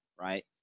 right